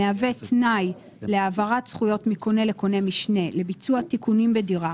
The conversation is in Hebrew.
המהווה תנאי להעברת זכויות מקונה לקונה משנה לביצוע תיקונים בדירה,